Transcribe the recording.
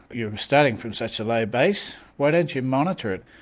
you're starting from such a low base, why don't you monitor it,